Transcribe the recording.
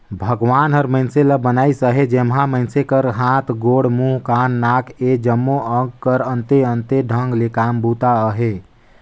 भगवान हर मइनसे ल बनाइस अहे जेम्हा मइनसे कर हाथ, गोड़, मुंह, कान, नाक ए जम्मो अग कर अन्ते अन्ते ढंग ले काम बूता अहे